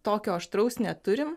tokio aštraus neturim